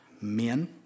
Men